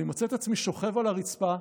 ואני מוצא את עצמי שוכב על הרצפה,